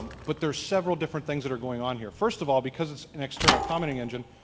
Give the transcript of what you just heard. but there are several different things that are going on here. first of all, because it's an external commenting engine,